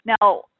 Now